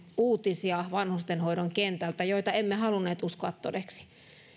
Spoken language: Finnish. vanhustenhoidon kentältä uutisia joita emme halunneet uskoa todeksi